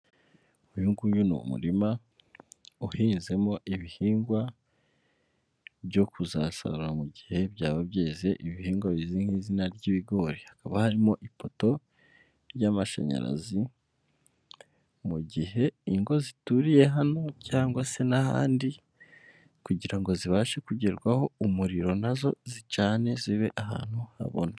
Uyu nguyu ni umurima uhinzemo ibihingwa byo kuzasarura mu gihe byaba byeze, ibi bihingwa bizwi nk'izina ry'ibigori, hakaba harimo ipoto ry'amashanyarazi, mu gihe ingo zituriye hano cyangwa se n'ahandi kugira ngo zibashe kugerwaho umuriro nazo zicane zibe ahantu habona.